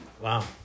Wow